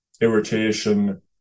irritation